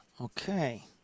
Okay